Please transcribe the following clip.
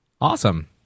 Awesome